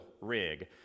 rig